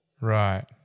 Right